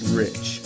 rich